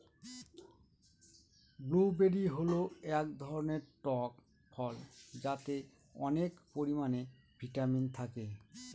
blueberry হল এক ধরনের টক ফল যাতে অনেক পরিমানে ভিটামিন থাকে